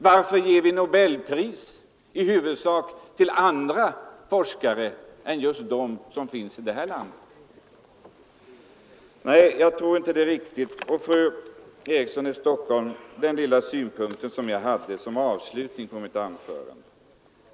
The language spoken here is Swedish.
Varför ger vi i så fall Nobelpris i huvudsak till forskare i andra länder? Nej, jag tror inte det är riktigt. Jag vill för fru Eriksson upprepa den lilla synpunkt jag anförde som avslutning på mitt anförande.